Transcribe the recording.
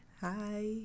hi